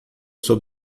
sob